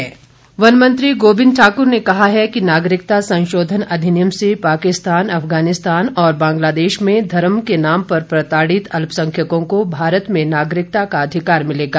गोविंद ठाकुर वन मंत्री गोविंद ठाक्र ने कहा है कि नागरिकता संशोधन अधिनियम से पाकिस्तान अफगानिस्तान और बांग्लादेश में धर्म के नाम पर प्रताड़ित अल्पसंख्यकों को भारत में नागरिकता का अधिकार मिलेगा